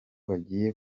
bagiye